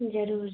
ज़रूर ज़रूर